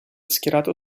schierato